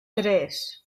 tres